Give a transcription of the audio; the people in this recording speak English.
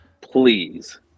Please